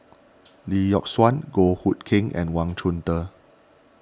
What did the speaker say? Lee Yock Suan Goh Hood Keng and Wang Chunde